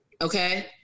Okay